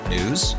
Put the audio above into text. News